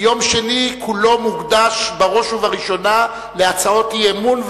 כי יום שני כולו מוקדש בראש ובראשונה להצעות אי-אמון,